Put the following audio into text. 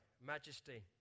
majesty